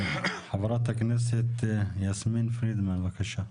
חברת הכנסת יסמין פרידמן, בבקשה.